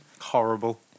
Horrible